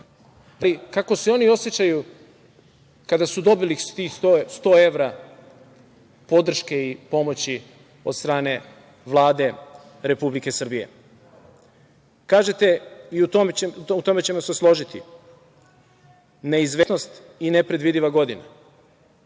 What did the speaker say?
kako se oni osećaju kada su dobili tih 100 evra podrške i pomoći od strane Vlade Republike Srbije? Kažete, i u tome ćemo se složiti – neizvesnost i nepredvidiva godina.